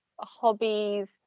hobbies